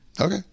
Okay